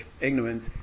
ignorance